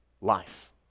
life